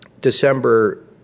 December